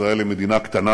ישראל היא מדינה קטנה,